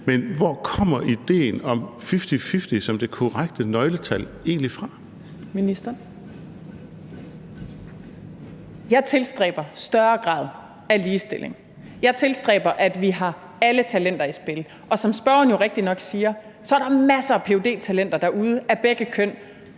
og forskningsministeren (Ane Halsboe-Jørgensen): Jeg tilstræber en større grad af ligestilling. Jeg tilstræber, at vi har alle talenter i spil. Og som spørgeren rigtigt nok siger, er der masser af ph.d.-talenter derude af begge køn,